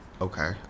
Okay